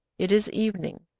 it is evening,